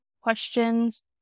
questions